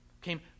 came